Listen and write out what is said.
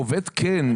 עובד כן.